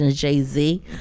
jay-z